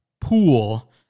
pool